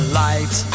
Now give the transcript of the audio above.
light